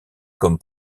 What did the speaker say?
comme